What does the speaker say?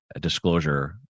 disclosure